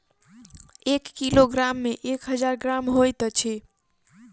एक किलोग्राम मे एक हजार ग्राम होइत अछि